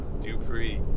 Dupree